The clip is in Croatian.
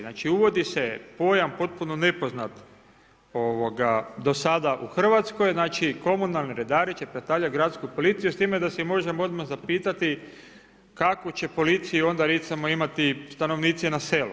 Znači uvodi se pojam jedan potpuno nepoznat do sada u Hrvatskoj, znači komunalni redari će predstavljati gradsku policiju s time da se možemo odmah zapitati kakvu će policiju onda recimo imati stanovnici na selu.